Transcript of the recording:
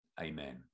Amen